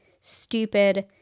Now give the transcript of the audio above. stupid